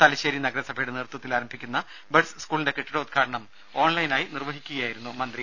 തലശ്ശേരി നഗരസഭയുടെ നേതൃത്വത്തിൽ ആരംഭിക്കുന്ന ബഡ്സ് സ്കൂളിന്റെ കെട്ടിടോദ്ഘാടനം ഓൺലൈനായി നിർവഹിച്ചു സംസാരിക്കുകയായിരുന്നു മന്ത്രി